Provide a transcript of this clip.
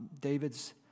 David's